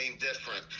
different